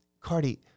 Cardi